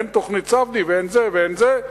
אין תוכנית ספדיה ואין זה ואין זה,